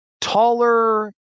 taller